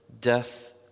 death